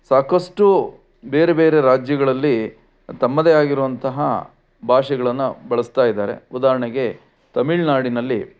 ಸಾಕಷ್ಟು ಬೇರೆ ಬೇರೆ ರಾಜ್ಯಗಳಲ್ಲಿ ತಮ್ಮದೇ ಆಗಿರುವಂತಹ ಭಾಷೆಗಳನ್ನು ಬಳಸ್ತಾ ಇದ್ದಾರೆ ಉದಾಹರಣೆಗೆ ತಮಿಳ್ ನಾಡಿನಲ್ಲಿ